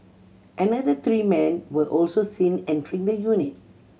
another three men were also seen entering the unit